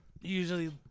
usually